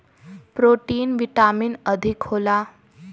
protein vitamin अधिक होला